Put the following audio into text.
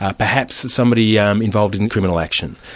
ah perhaps somebody yeah um involved in criminal action.